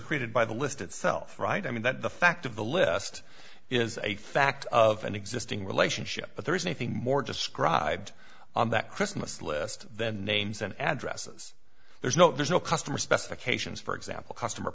created by the list itself right i mean that the fact of the list is a fact of an existing relationship but there is anything more described on that christmas list than names and addresses there's no there's no customer specifications for example customer